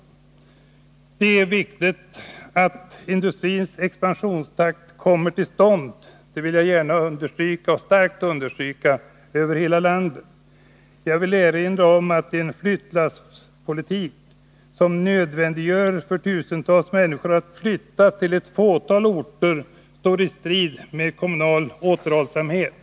Det är också viktigt — jag vill starkt understryka det — att industriell expansion kommer till stånd över hela landet. Och jag vill här erinra om att en flyttlasspolitik som nödvändiggör för tusentals människor att flytta till ett fåtal orter står i strid med kravet på kommunal återhållsamhet.